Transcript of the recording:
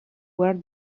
where